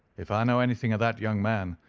if i know anything o' that young man,